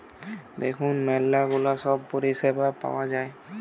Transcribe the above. দেখুন ম্যালা গুলা সব পরিষেবা পাওয়া যায়